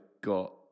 got